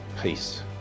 Peace